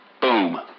Boom